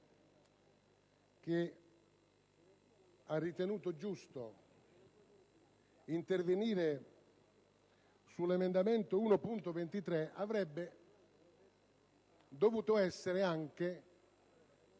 che ha ritenuto giusto intervenire sull'emendamento 1.23, avrebbe dovuto essere più